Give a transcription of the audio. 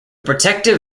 protective